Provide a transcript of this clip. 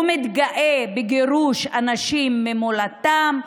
הוא מתגאה בגירוש אנשים ממולדתם,